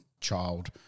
child